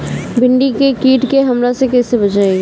भींडी के कीट के हमला से कइसे बचाई?